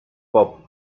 pop